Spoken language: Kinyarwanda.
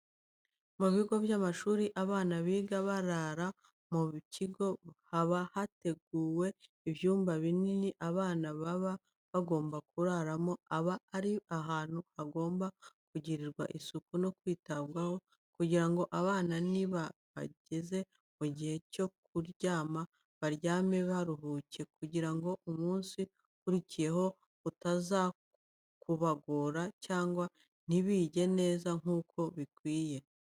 Mu bigo by'amashuri abana biga barara mu kigo haba harateguwe ibyumba binini abana baba bagomba kuraramo, aba ari ahantu hagomba kugirirwa isuku no kwitabwaho kugira ngo abana niba bageze mu gihe cyo kuryama baryame baruhuke kugira ngo umunsi ukurikiyeho utaza kubagora cyangwa ntibige neza nk'uko bikwiriye.